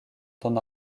temps